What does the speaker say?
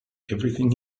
everything